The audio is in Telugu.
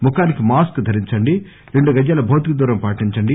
ముఖానికి మాస్క్ ధరించండి రెండు గజాల భౌతిక దూరం పాటించండి